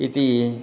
इति